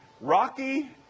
Rocky